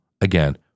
again